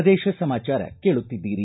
ಪ್ರದೇಶ ಸಮಾಚಾರ ಕೇಳುತ್ತಿದ್ದೀರಿ